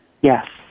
Yes